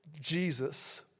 Jesus